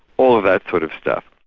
all of that sort of stuff.